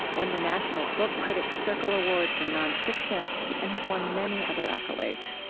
won the national book critics circle award for nonfiction and has won many other accolades.